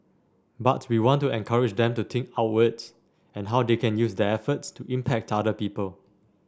but we want to encourage them to think outwards and how they can use their efforts to impact other people